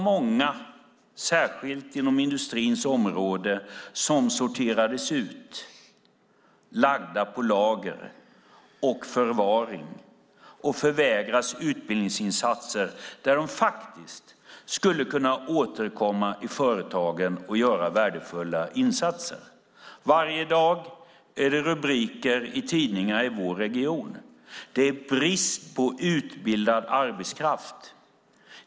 Många inom industrins område sorterades ut och är lagda på lager för förvaring. De förvägras utbildningsinsatser som skulle kunna få dem att återkomma i företagen och göra värdefulla insatser. Varje dag ser man rubriker i tidningarna i vår region om att det är brist på utbildad arbetskraft.